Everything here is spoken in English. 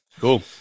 Cool